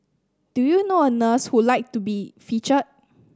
do you know a nurse who like to be featured